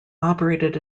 operated